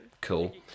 Cool